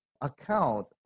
account